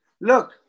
Look